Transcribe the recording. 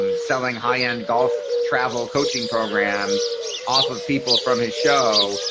um selling high-end golf travel coaching programs off of people from his show.